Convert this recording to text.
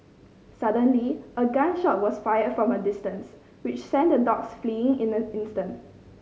suddenly a gun shot was fired from a distance which sent the dogs fleeing in an instant